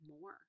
more